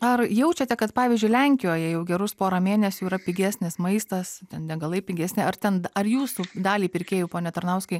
ar jaučiate kad pavyzdžiui lenkijoje jau gerus porą mėnesių yra pigesnis maistas ten degalai pigesni ar ten ar jūsų dalį pirkėjų pone tarnauskai